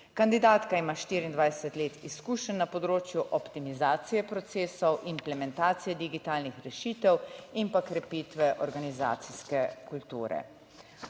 Kandidatka ima 24 let izkušenj na področju optimizacije procesov, implementacije digitalnih rešitev in pa krepitve organizacijske kulture.